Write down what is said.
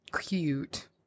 Cute